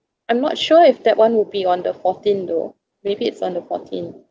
I'm not sure if that [one] would be on the fourteenth though maybe it's on the fourteenth